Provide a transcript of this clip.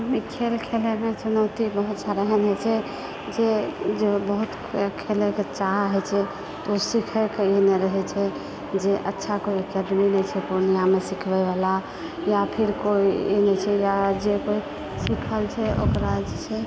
आदमी खेल खेलयमे चुनौती बहुत सारा एहन होयत छै जे जो बहुत खेलयके चाह होय छै तऽ ओ सिखयके ई नहि रहैत छै जे अच्छा कोइ अकैडमी नहि छै पूर्णियामे सिखबयबला या फिर केओ इ नहि छै जे सिखल छै ओकरा जे छै